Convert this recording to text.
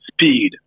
speed